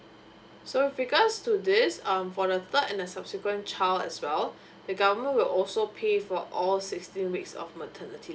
so with regards to this um for the third and the subsequent child as well the government will also pay for all sixteen weeks of maternity leave